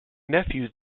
nephew